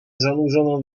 zanurzoną